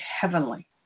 heavenly